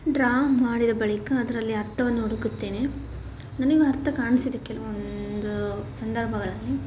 draw ಮಾಡಿದ ಬಳಿಕ ಅದರಲ್ಲಿ ಅರ್ಥವನ್ನು ಹುಡುಕುತ್ತೇನೆ ನನಗೆ ಅರ್ಥ ಕಾಣಿಸಿದೆ ಕೆಲವೊಂದು ಸಂದರ್ಭಗಳಲ್ಲಿ